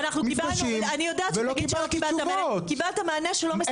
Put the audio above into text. קיבלת מענה שלא מספק אותך.